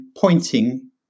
pointing